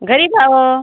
गरीब आहोत